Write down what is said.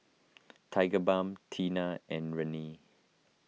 Tigerbalm Tena and Rene